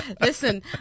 listen